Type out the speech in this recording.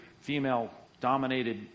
female-dominated